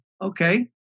okay